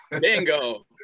Bingo